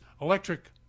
electric